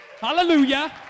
Hallelujah